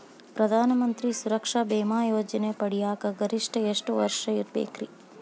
ಪ್ರಧಾನ ಮಂತ್ರಿ ಸುರಕ್ಷಾ ಭೇಮಾ ಯೋಜನೆ ಪಡಿಯಾಕ್ ಗರಿಷ್ಠ ಎಷ್ಟ ವರ್ಷ ಇರ್ಬೇಕ್ರಿ?